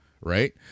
right